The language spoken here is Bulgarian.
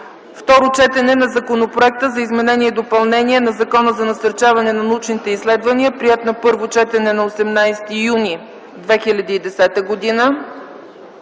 Второ четене на Законопроекта за изменение и допълнение на Закона за насърчаване на научните изследвания, приет на първо четене на 18 юни 2010 г.;